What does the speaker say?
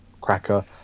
cracker